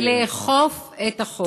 לאכוף את החוק.